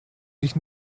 sich